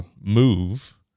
move